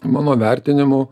mano vertinimu